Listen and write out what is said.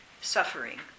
suffering